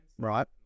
Right